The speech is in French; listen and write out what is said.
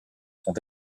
sont